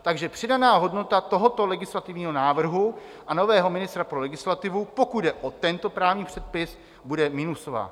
Takže přidaná hodnota tohoto legislativního návrhu a nového ministra pro legislativu, pokud jde o tento právní předpis, bude minusová.